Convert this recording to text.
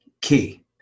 key